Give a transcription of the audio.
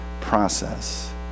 process